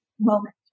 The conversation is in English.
moment